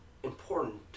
Important